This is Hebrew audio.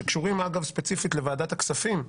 שקשורים אגב ספציפית לוועדת הכספים.